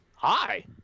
hi